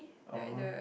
(uh huh)